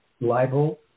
libel